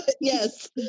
Yes